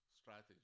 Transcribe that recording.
strategy